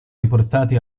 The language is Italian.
riportati